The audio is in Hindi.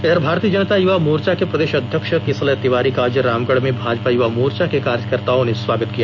इधर भारतीय जनता युवा मोर्चा के प्रदेश अध्यक्ष किसलय तिवारी का आज रामगढ़ में भाजपा युवा मोर्चा के कार्यकर्ताओं ने स्वागत किया